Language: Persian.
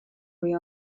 روی